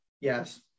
Yes